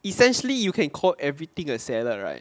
essentially you can call everything a salad right